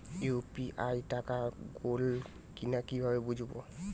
UPI টাকা গোল কিনা কিভাবে বুঝব?